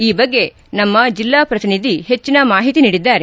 ಈ ಬಗ್ಗೆ ನಮ್ಮ ಜಿಲ್ಲಾ ಪ್ರತಿನಿಧಿ ಹೆಟ್ಟಿನ ಮಾಹಿತಿ ನೀಡಿದ್ದಾರೆ